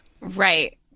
Right